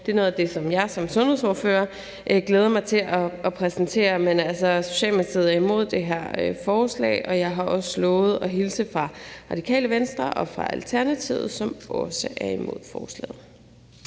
Det er noget af det, som jeg som sundhedsordfører glæder mig til at præsentere. Men Socialdemokratiet er imod det her forslag, og jeg har også lovet at hilse fra Radikale Venstre og fra Alternativet og sige, at de også er imod forslaget.